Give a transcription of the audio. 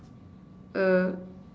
a